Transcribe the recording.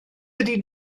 ydy